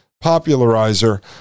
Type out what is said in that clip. popularizer